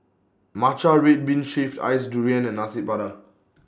Matcha Red Bean Shaved Ice Durian and Nasi Padang